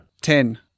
Ten